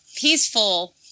peaceful